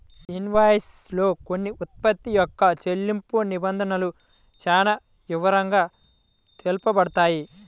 invoice లో కొన్న ఉత్పత్తి యొక్క చెల్లింపు నిబంధనలు చానా వివరంగా తెలుపబడతాయి